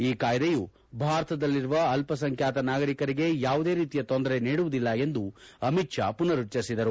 ಈ ಕಾಯಿದೆಯು ಭಾರತದಲ್ಲಿರುವ ಅಲ್ಪಸಂಖ್ಯಾತ ನಾಗರಿಕರಿಗೆ ಯಾವುದೇ ರೀತಿಯ ತೊಂದರೆ ನೀಡುವುದಿಲ್ಲ ಎಂದು ಅಮಿತ್ ಶಾ ಪುನರುಚ್ವರಿಸಿದರು